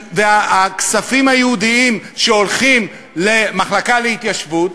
הכספים הייעודיים שהולכים למחלקה להתיישבות,